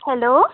hello